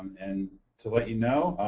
and to let you know,